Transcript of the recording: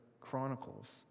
Chronicles